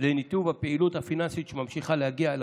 לניתוב הפעילות הפיננסית שממשיכה להגיע אל